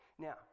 Now